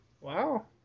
Wow